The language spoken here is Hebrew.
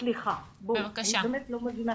אני באמת לא מבינה.